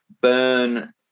burn